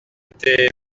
été